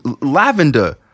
Lavender